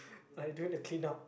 like I doing the clean up